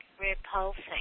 repulsing